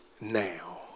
now